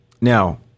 now